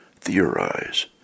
theorize